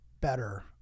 better